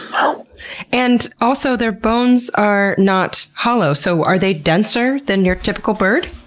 and also their bones are not hollow, so are they denser than your typical bird?